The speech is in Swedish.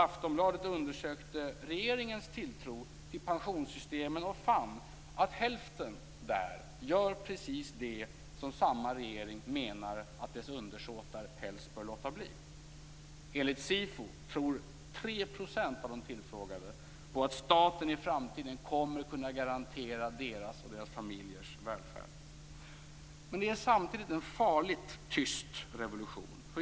Aftonbladet undersökte regeringens tilltro till pensionssystemet och fann att hälften där gör precis det som samma regering menar att dess undersåtar helst bör låta bli. Enligt SIFO tror 3 % av de tillfrågade på att staten i framtiden kommer att kunna garantera deras och deras familjers välfärd. Men det är samtidigt en farlig tyst revolution.